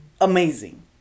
Amazing